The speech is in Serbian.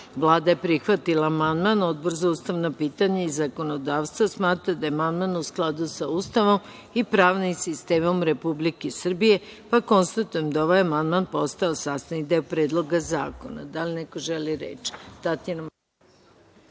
25a.Vlada je prihvatila amandman, Odbor za ustavna pitanja i zakonodavstvo smatraju da je amandman u skladu sa Ustavom i pravnim sistemom Republike Srbije. Konstatujem da je ovaj amandman postao sastavni deo Predloga zakona. Da li neko želi reč?